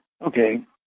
Okay